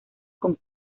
con